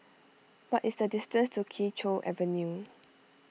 what is the distance to Kee Choe Avenue